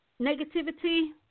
negativity